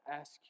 ask